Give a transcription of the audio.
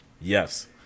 Yes